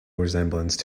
resemblance